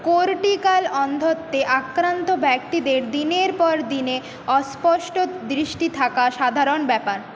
cortical অন্ধত্বে আক্রান্ত ব্যক্তিদের দিনের পর দিনে অস্পষ্ট দৃষ্টি থাকা সাধারণ ব্যাপার